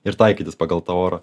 ir taikytis pagal tą orą